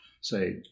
Say